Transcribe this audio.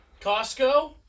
Costco